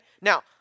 Now